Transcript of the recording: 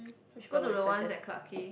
go to the ones at Clarke-Quay